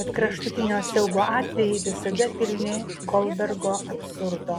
kad kraštutinio siaubo atvejai visada pilni goldbergo absurdo